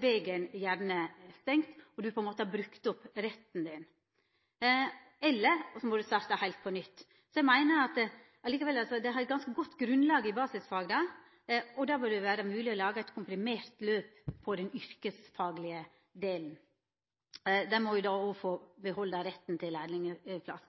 vegen gjerne stengd, og du har på ein måte brukt opp «retten» din – så du må starta heilt på nytt. Eg meiner at ein likevel har eit ganske godt grunnlag i basisfaga, og da bør det vera mogleg å laga eit komprimert løp for den yrkesfaglege delen. Der må me òg få behalda retten til lærlingplass.